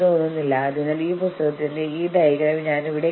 അവർക്ക് ഒരു ഗ്ലാസ് വെള്ളം വാഗ്ദാനം ചെയ്യുക